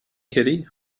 kitty